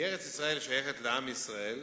ארץ-ישראל שייכת לעם ישראל.